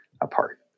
apart